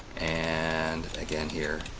and again here,